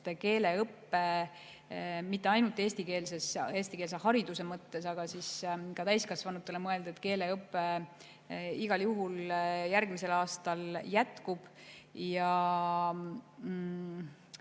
teha. Keeleõpe mitte ainult eestikeelse hariduse mõttes, aga ka täiskasvanutele mõeldud keeleõpe igal juhul järgmisel aastal jätkub.